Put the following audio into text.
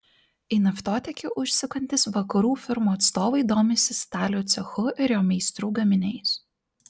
į naftotiekį užsukantys vakarų firmų atstovai domisi stalių cechu ir jo meistrų gaminiais